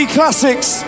Classics